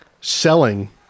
selling